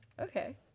okay